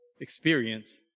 experience